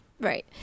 Right